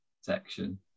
section